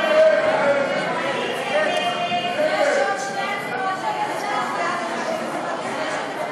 ההצעה להסיר מסדר-היום את הצעת חוק החזר הוצאות